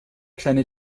kleine